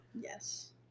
Yes